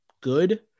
good